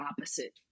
opposite